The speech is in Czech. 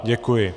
Děkuji.